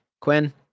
Quinn